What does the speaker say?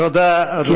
תודה, אדוני.